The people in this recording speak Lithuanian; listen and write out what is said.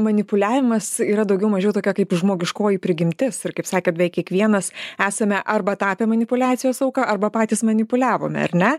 manipuliavimas yra daugiau mažiau tokia kaip žmogiškoji prigimtis ir kaip sakėt beveik kiekvienas esame arba tapę manipuliacijos auka arba patys manipuliavome ar ne